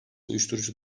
uyuşturucu